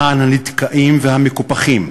למען הנדכאים והמקופחים,